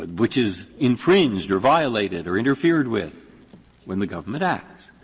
which is infringed or violated or interfered with when the government acts.